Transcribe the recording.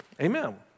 Amen